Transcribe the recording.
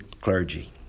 clergy